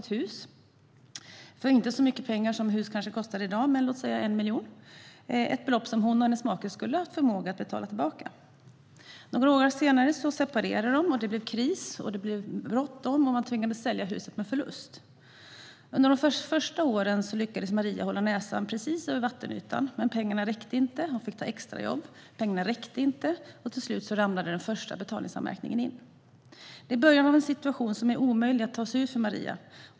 Inte för så mycket pengar som hus kanske kostar i dag, men låt säga 1 miljon - ett belopp som hon och hennes make skulle ha haft förmåga att betala tillbaka. Några år senare separerar de. Det blir kris och bråttom, och man tvingas sälja huset med förlust. Under det första åren lyckades Maria hålla näsan precis över vattenytan, men pengarna räckte inte. Hon fick ta extrajobb, men pengarna räckte ändå inte, och till slut ramlade den första betalningsanmärkningen in. Det är början på en situation som är omöjlig att ta sig ur för Maria.